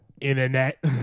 internet